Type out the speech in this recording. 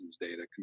data